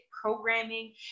programming